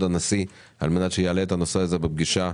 הנשיא על מנת שיעלה את הנושא הזה בפגישתו